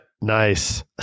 Nice